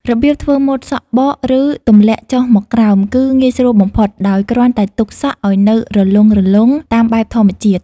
របៀបធ្វើម៉ូតសក់បក ឬទម្លាក់ចុះមកក្រោម គឺងាយស្រួលបំផុត ដោយគ្រាន់តែទុកសក់ឱ្យនៅរលុងៗ តាមបែបធម្មជាតិ។